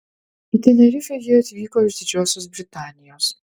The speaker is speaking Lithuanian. į tenerifę jie atvyko iš didžiosios britanijos